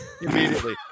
Immediately